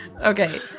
Okay